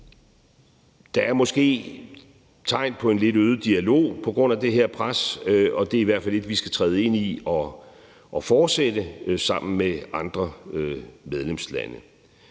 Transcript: Der er måske tegn på en lidt øget dialog på grund af det her pres, og det i hvert fald et, vi skal træde ind i og fortsætte sammen med andre medlemslande.